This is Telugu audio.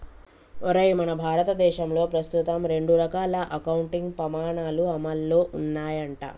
ఒరేయ్ మన భారతదేశంలో ప్రస్తుతం రెండు రకాల అకౌంటింగ్ పమాణాలు అమల్లో ఉన్నాయంట